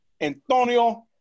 Antonio